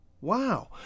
Wow